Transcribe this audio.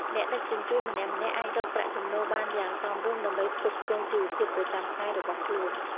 អ្នកដឹកជញ្ជូនម្នាក់ៗអាចរកប្រាក់ចំណូលបានយ៉ាងសមរម្យដើម្បីផ្គត់ផ្គង់ជីវភាពប្រចាំថ្ងៃរបស់ខ្លួន។